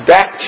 Back